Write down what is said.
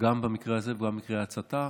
גם במקרה הזה וגם במקרי ההצתה.